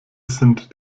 sind